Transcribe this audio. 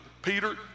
Peter